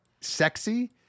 sexy